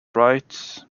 bright